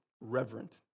reverent